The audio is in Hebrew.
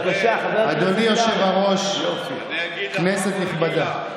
אדוני היושב-ראש, כנסת נכבדה.